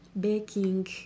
baking